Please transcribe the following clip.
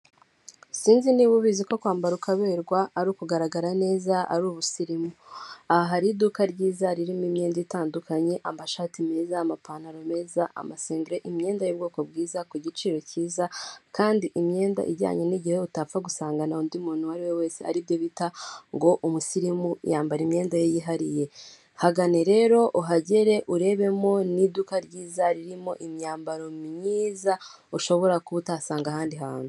Sinzi niba ubizi ko kwambara ukaberwa ari ukugaragara neza, ari ubusirimu? Aha hari iduka ryiza, ririmo imyenda itandukanye, amashati meza, amapantaro meza, amasengeri, imyenda y'ubwoko bwiza, ku giciro cyiza kandi imyenda ijyanye n'igihe, utapfa gusangana undi muntu uwo ari we wese, ari byo bita ngo umusirimu yambara imyenda ye yihariye. Hagane rero, uhagere ,urebemo, ni iduka ryiza ririmo imyambaro myiza, ushobora kuba utasanga ahandi hantu.